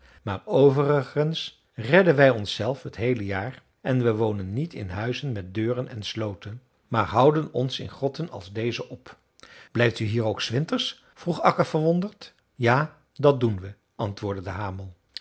maar overigens redden wij ons zelf het heele jaar en we wonen niet in huizen met deuren en sloten maar houden ons in grotten als deze op blijft u hier ook s winters vroeg akka verwonderd ja dat doen we antwoordde de hamel